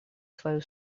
свою